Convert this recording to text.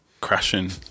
crashing